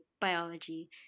biology